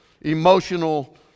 emotional